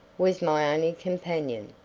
was my only companion,